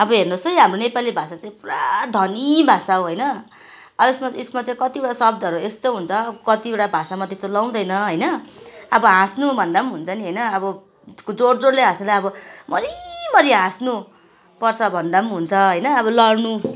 अब हेर्नुहोस् है अब हाम्रो नेपाली भाषा चाहिँ पुरा धनी भाषा हो होइन अब यसमा यसमा चाहिँ कतिवटा शब्दहरू यस्तो हुन्छ कतिवटा भाषामा त्यस्तो लगाउँदैन होइन अब हाँस्नु भन्दा पनि हुन्छ नि होइन अब जोडजोडले हाँस्नुलाई अब मरीमरी हाँस्नुपर्छ भन्दा पनि हुन्छ होइन अब लड्नु